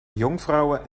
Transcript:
jonkvrouwen